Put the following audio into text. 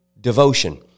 devotion